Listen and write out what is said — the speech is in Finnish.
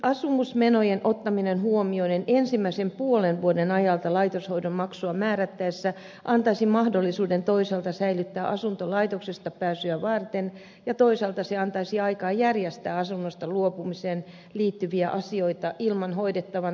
asumismenojen ottaminen huomioon ensimmäisen puolen vuoden ajalta laitoshoidon maksua määrättäessä toisaalta antaisi mahdollisuuden säilyttää asunto laitoksesta pääsyä varten ja toisaalta antaisi aikaa järjestää asunnosta luopumiseen liittyviä asioita ilman hoidettavan taloustilanteen vaarantumista